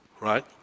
right